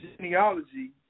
genealogy